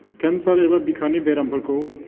cancer एबा बिखानि बेरामफोरखौ